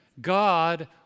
God